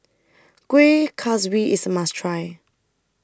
Kuih Kaswi IS A must Try